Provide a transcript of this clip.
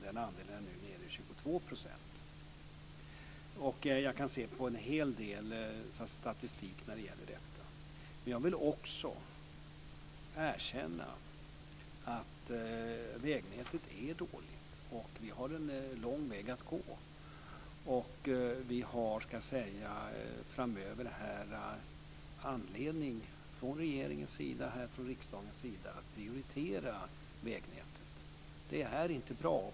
Den andelen är nu nere i 22 %. Jag kan se på en hel del statistik när det gäller detta, men jag vill också erkänna att vägnätet är dåligt. Vi har en lång väg att gå. Från regeringens och riksdagens sida har vi framöver anledning att prioritera vägnätet. Det är inte bra.